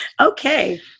Okay